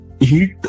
Heat